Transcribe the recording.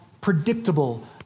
predictable